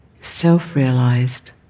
self-realized